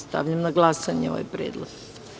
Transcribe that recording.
Stavljam na glasanje ovaj predlog.